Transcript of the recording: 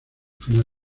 final